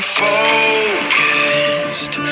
focused